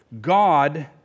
God